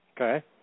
Okay